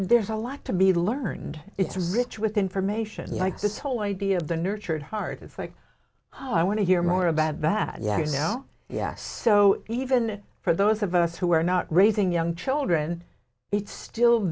there's a lot to be learned it's rich with information like this whole idea of the nurtured heart of like i want to hear more about bad yeah yeah yes so even for those of us who are not raising young children it's still